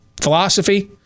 philosophy